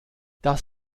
das